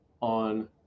on